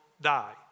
die